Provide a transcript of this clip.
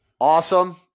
awesome